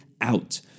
out